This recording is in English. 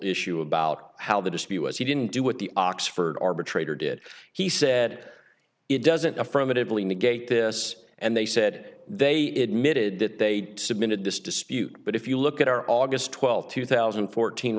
issue about how the dispute was he didn't do what the oxford arbitrator did he said it doesn't affirmatively negate this and they said they it mid that they submitted this dispute but if you look at our august twelfth two thousand and fourteen